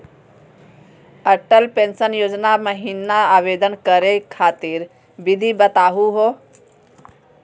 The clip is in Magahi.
अटल पेंसन योजना महिना आवेदन करै खातिर विधि बताहु हो?